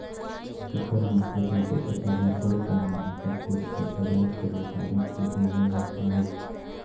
supermarket या super बाजार बड़ पैमाना पर फुटकर बाजार के व्यापारिक विधि हल होबा हई